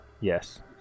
yes